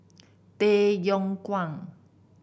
Tay Yong Kwang